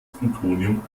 plutonium